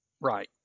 Right